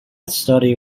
study